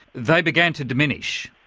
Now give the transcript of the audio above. they began to diminish?